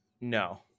No